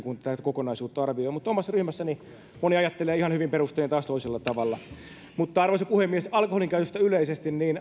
kun tätä kokonaisuutta arvioi mutta omassa ryhmässäni moni ajattelee ihan hyvin perustein taas toisella tavalla mutta arvoisa puhemies alkoholinkäytöstä yleisesti